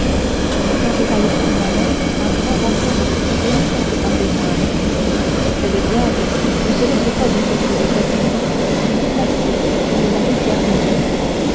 il conjura l'esprit malin à grand renfort de prières faites par les moines mais le diable ne se laisse pas déposséder facilement d'une place où il a mis garnison